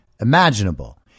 imaginable